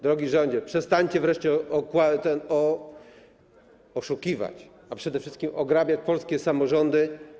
Drogi rządzie, przestańcie wreszcie oszukiwać, a przede wszystkim ograbiać polskie samorządy.